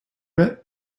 met